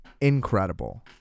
incredible